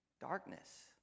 darkness